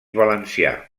valencià